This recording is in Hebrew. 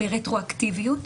ברטרואקטיביות.